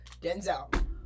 Denzel